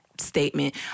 statement